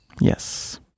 Yes